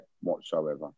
whatsoever